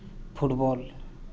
football